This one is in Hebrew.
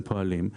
הם פועלים,